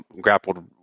grappled